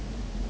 !hannor!